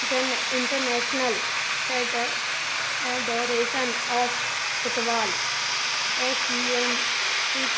इटरने international फे़डर federation of football एस यू अन फ़िक